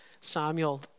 Samuel